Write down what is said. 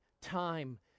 time